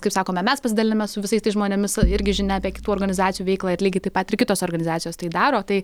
kaip sakome mes pasidaliname su visais tais žmonėmis irgi žinia apie kitų organizacijų veiklą ir lygiai taip pat ir kitos organizacijos tai daro tai